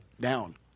down